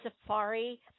Safari